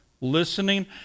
listening